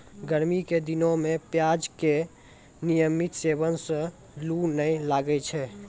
गर्मी के दिनों मॅ प्याज के नियमित सेवन सॅ लू नाय लागै छै